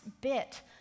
bit